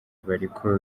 bariko